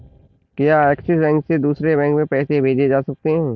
क्या Axis bank से दूसरे बैंक में पैसे भेजे जा सकता हैं?